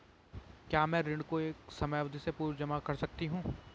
क्या मैं ऋण को समयावधि से पूर्व जमा कर सकती हूँ?